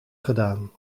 gedaan